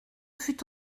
fut